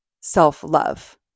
self-love